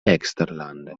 eksterlande